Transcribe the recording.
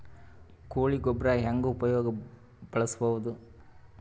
ಕೊಳಿ ಗೊಬ್ಬರ ಹೆಂಗ್ ಉಪಯೋಗಸಬಹುದು?